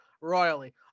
royally